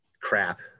crap